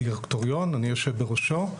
הדירקטוריון אני יושב בראשו,